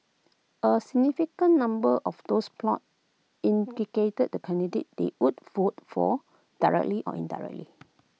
A significant number of those polled indicated the candidate they would vote for directly or indirectly